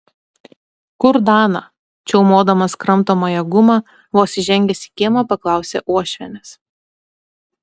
kur dana čiaumodamas kramtomąją gumą vos įžengęs į kiemą paklausė uošvienės